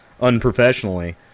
unprofessionally